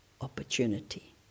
opportunity